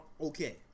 Okay